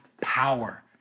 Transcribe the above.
power